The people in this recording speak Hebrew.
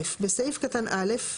בסעיף קטן (א),